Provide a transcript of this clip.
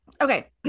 Okay